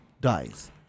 dies